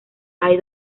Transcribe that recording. hay